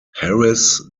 harris